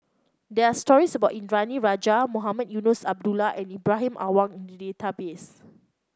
there're stories about Indranee Rajah Mohamed Eunos Abdullah and Ibrahim Awang in the database